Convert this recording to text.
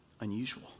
unusual